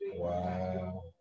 Wow